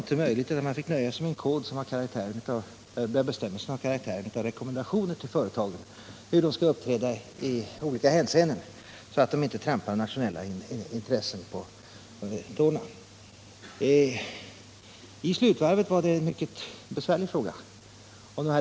Nu fick man nöja sig med en konvention där bestämmelserna hade karaktären av rekommendationer till företagen om hur de bör uppträda i olika hänseenden, så att de inte kommer i konflikt med internationella intressen. På slutvarvet var det en mycket besvärlig fråga.